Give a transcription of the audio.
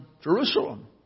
Jerusalem